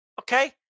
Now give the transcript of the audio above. Okay